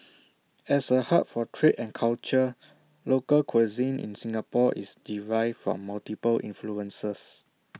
as A hub for trade and culture local cuisine in Singapore is derived from multiple influences